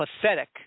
pathetic